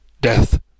Death